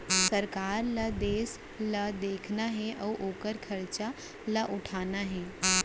सरकार ल देस ल देखना हे अउ ओकर खरचा ल उठाना हे